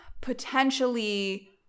potentially